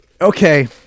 okay